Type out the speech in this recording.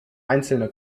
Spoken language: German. einzelne